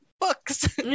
books